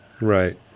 Right